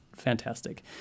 Fantastic